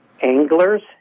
anglers